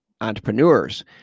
entrepreneurs